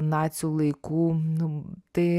nacių laikų nu tai